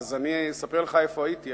אספר לך איפה הייתי.